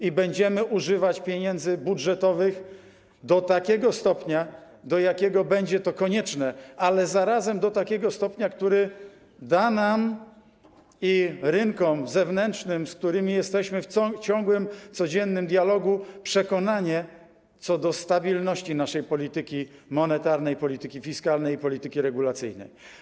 I będziemy używać pieniędzy budżetowych do takiego stopnia, do jakiego będzie to konieczne, ale zarazem do takiego stopnia, który da nam i rynkom zewnętrznym, z którymi jesteśmy w ciągłym, codziennym dialogu, przekonanie co do stabilności naszej polityki monetarnej, polityki fiskalnej i polityki regulacyjnej.